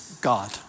God